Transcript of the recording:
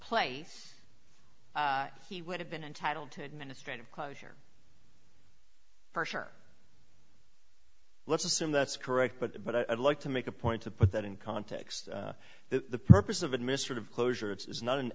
place he would have been entitled to administrative closure for sure let's assume that's correct but but i'd like to make a point to put that in context the purpose of administrative closure it's not an